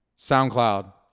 SoundCloud